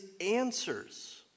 answers